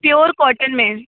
pure cotton में